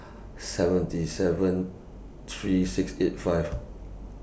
seventy seven three six eight five